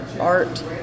art